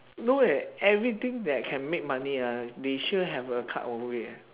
no eh everything that can make money ah they sure have a cut over it